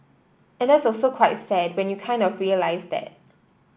and that's also quite sad when you kind of realise that